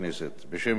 בשם ועדת החוקה,